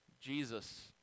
Jesus